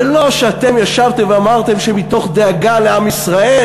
זה לא שאתם ישבתם ואמרתם שמתוך דאגה לעם ישראל